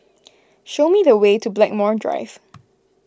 show me the way to Blackmore Drive